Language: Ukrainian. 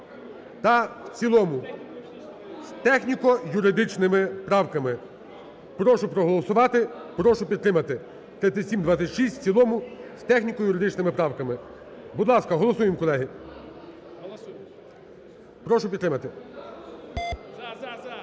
та в цілому з техніко-юридичними правками. Прошу проголосувати. Прошу підтримати 3726 в цілому з техніко-юридичними правками. Будь ласка, голосуємо, колеги. Прошу підтримати. 17:42:56